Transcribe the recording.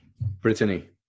Brittany